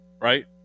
right